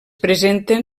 presenten